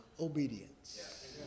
obedience